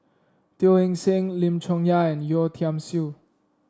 Teo Eng Seng Lim Chong Yah and Yeo Tiam Siew